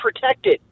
protected